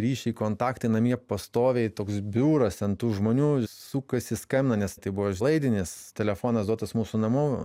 ryšiai kontaktai namie pastoviai toks biuras ten tų žmonių sukasi skambina nes tai laidinis telefonas duotas mūsų namų